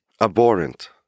abhorrent